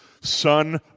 son